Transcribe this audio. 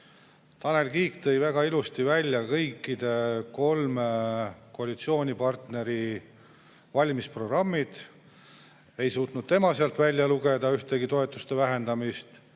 Tanel Kiik tõi väga ilusti välja kõigi kolme koalitsioonipartneri valimisprogrammid. Ei suutnud tema sealt välja lugeda ühtegi toetuste vähendamist,